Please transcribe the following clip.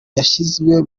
yashyizwe